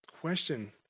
question